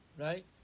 right